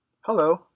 Hello